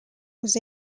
was